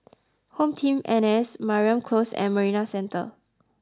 Home Team N S Mariam Close and Marina Centre